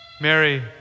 Mary